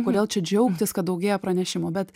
kodėl čia džiaugtis kad daugėja pranešimų bet